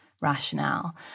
rationale